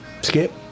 Skip